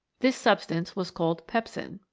this substance was called pepsin.